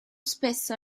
spesso